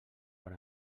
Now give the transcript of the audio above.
per